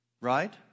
Right